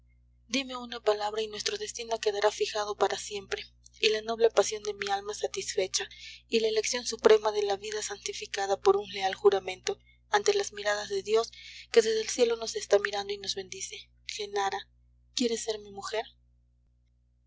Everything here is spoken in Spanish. dime una palabra y nuestro destino quedará fijado para siempre y la noble pasión de mi alma satisfecha y la elección suprema de la vida santificada por un leal juramento ante las miradas de dios que desde el cielo nos está mirando y nos bendice genara quieres ser mi mujer